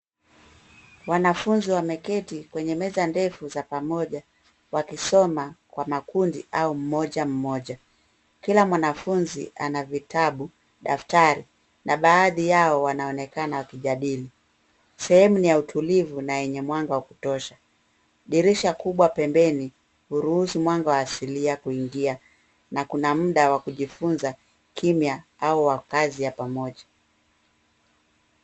Wanafunzi wameketi kwenye meza ndefu za pamoja wakisoma kwa makundi au mmoja mmoja. Kila mwanafunzi ana vitabu, daftari na baadhi yao wanaonekana wakijadili. Sehemu ni ya utulivu na yenye mwanga wa kutosha. Dirisha kubwa pembeni huruhusu mwanga wa asilia kuingia na kuna muda wa kujifunza kimya au wakawazia ya pamoja.